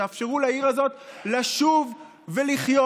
תאפשרו לעיר הזאת לשוב ולחיות,